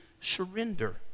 surrender